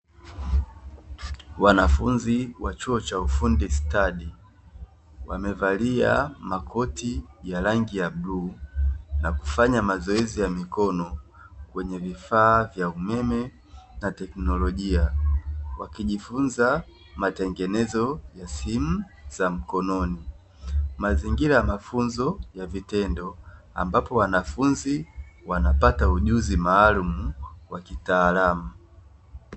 Wanafunzi wa chuo cha ufundi stadi, wamevalia makoti ya rangi ya bluu na kufanya mazoezi ya mikono kwenye vifaa vya umeme na teknolojia. Wakijifunza matengenezo ya simu za mkononi. Mazingira ya mafunzo ya vitendo ambapo wanafunzi wanapata ujuzi maalumu wa kitaalamu.